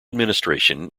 administration